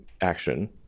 action